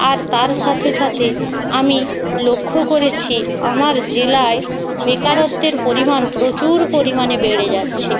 আর তার সাথে সাথে আমি লক্ষ্য করেছি আমার জেলায় বেকারত্বের পরিমাণ প্রচুর পরিমাণে বেড়ে যাচ্ছে